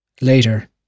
Later